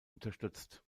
unterstützt